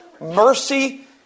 mercy